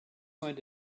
going